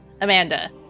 Amanda